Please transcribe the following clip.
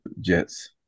Jets